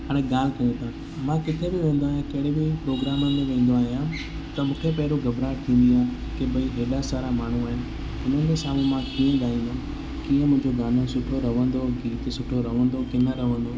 हाणे ॻाल्हि कयूं था मां किथे बि वेंदो आहियां कहिड़े बि प्रोग्राम में वेंदो आहियां त मूंखे पहिरियों घॿराहट थींदी आहे की भई हेॾा सारा माण्हू आहिनि उन्हनि जे साम्हूं मां कीअं ॻाईंदमि कीअं मुंहिंजो गानो सुठो रहंदो गीतु सुठो रहंदो की न रहंदो